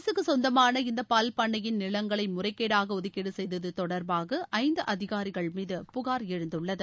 அரசுக்கு சொந்தமான இந்த பால்பண்ணையின் நிலங்களை முறைகேடாக ஒதுக்கீடு செய்தது தொடா்பாக ஐந்து அதிகாரிகள் மீது புகார் எழுந்துள்ளது